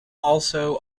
also